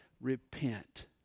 repent